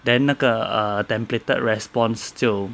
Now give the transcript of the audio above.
then 那个 templated response 就